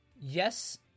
yes